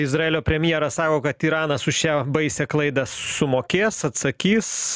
izraelio premjeras sako kad iranas už šią baisią klaidą sumokės atsakys